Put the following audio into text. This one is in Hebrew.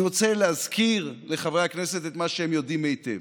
אני רוצה להזכיר לחברי הכנסת את מה שהם יודעים היטב: